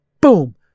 boom